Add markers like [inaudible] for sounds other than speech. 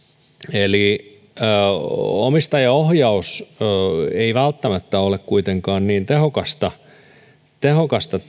eli omistajaohjaus ei välttämättä ole kuitenkaan niin tehokasta tehokasta [unintelligible]